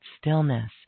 stillness